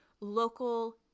local